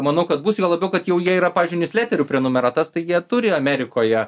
manau kad bus juo labiau kad jau jie yra pavyzdžiui niusleterių prenumeratas taigi jie turi amerikoje